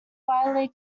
widely